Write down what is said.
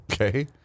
Okay